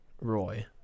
roy